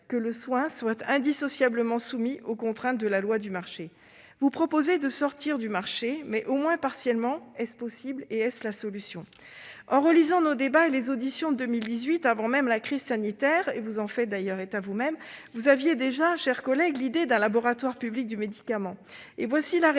que le soin soit indissociablement soumis aux contraintes de la loi du marché. Vous proposez de sortir les médicaments du marché, au moins partiellement. Est-ce possible ? Est-ce la solution ? En relisant nos débats et les auditions de 2018, avant même la crise sanitaire, vous en faites d'ailleurs état vous-même, vous aviez déjà, chère collègue, l'idée d'un laboratoire public du médicament. Voici la réponse